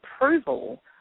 approval